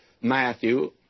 Matthew